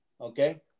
Okay